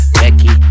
becky